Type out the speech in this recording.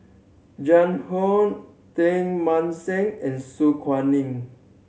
Jiang Hu Teng Mah Seng and Su Guaning